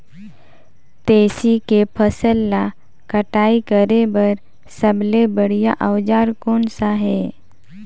तेसी के फसल ला कटाई करे बार सबले बढ़िया औजार कोन सा हे?